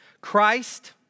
Christ